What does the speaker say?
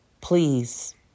Please